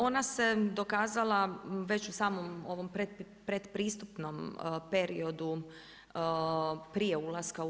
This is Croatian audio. Ona se dokazala već u samom ovom predpristupnom periodu prije ulaska u EU.